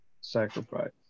sacrifice